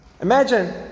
Imagine